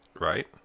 right